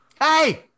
Hey